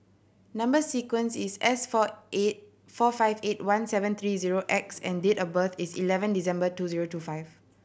number sequence is S four eight four five eight one seven three zero X and date of birth is eleven December two zero two five